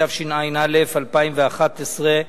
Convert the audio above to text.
התשע"א 2011,